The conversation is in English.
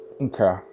Okay